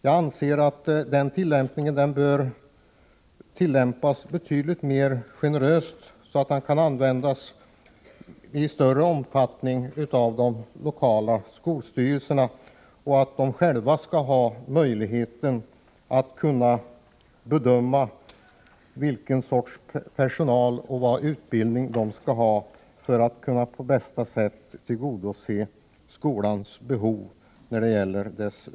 Jag anser att detta bör få tolkas på ett mer generöst sätt, så att de lokala skolstyrelserna i större utsträckning får möjlighet att själva avgöra vilken utbildning personalen skall ha för att skolans behov bäst skall tillgodoses.